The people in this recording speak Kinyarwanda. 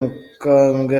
mukambwe